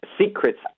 Secrets